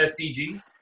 SDGs